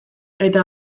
eta